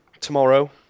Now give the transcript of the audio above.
tomorrow